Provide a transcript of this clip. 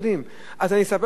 אז אני אספר לך את הסוד,